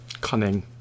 cunning